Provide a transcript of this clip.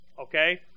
Okay